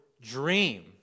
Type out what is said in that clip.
dream